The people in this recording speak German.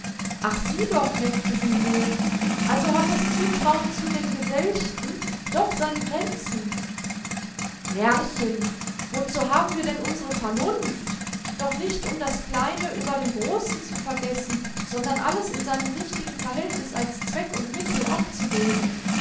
ach sieh doch neckte sie se also hat das zutrauen zu den geselchten doch seine grenzen närrchen wozu haben wir denn unsre vernunft doch nicht um das kleine über dem großen zu vergessen sondern alles in seinem richtigen verhältnis als zweck und mittel abzuwägen